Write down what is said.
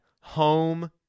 home